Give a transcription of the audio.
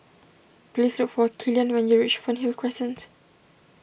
please look for Killian when you reach Fernhill Crescent